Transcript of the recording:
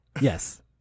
Yes